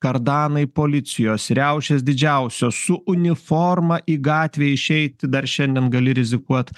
kardanai policijos riaušės didžiausios su uniforma į gatvę išeit dar šiandien gali rizikuot